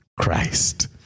Christ